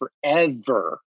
forever